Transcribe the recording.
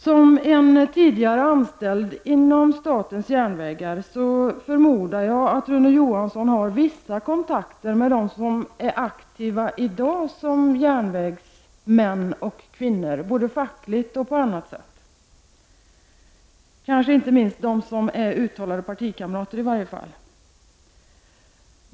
Som tidigare anställd inom SJ förmodar jag att Rune Johansson har vissa kontakter med dem som är aktiva i dag som järnvägsmän och järnvägskvinnor både fackligt och på annat sätt, kanske inte minst med dem som är partikamrater.